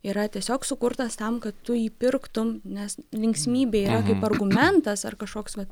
yra tiesiog sukurtas tam kad tu jį pirktum nes linksmybė yra kaip argumentas ar kažkoks vat